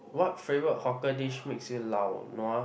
what favorite hawker dish makes you lao nua